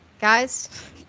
guys